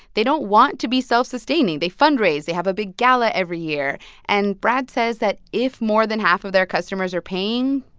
they don't want to be self-sustaining. they fundraise. they have a big gala every year and brad says that if more than half of their customers are paying,